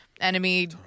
enemy